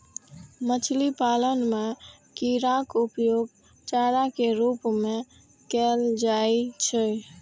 मछली पालन मे कीड़ाक उपयोग चारा के रूप मे कैल जाइ छै